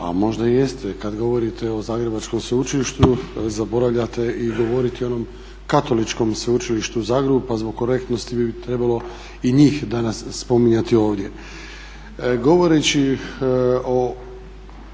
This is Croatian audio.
možda i jeste kada govorite o Zagrebačkom sveučilištu zaboravljate govoriti i o onom Katoličkom sveučilištu u Zagrebu pa zbog korektnosti bi trebalo i njih danas spominjati ovdje.